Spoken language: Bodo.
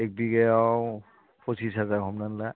एक बिघायाव फसिस हाजार हमनानै ला